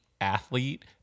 athlete